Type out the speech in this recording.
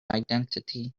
identity